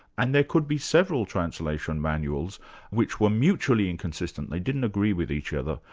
and there could be several translation manuals which were mutually inconsistent, they didn't agree with each other,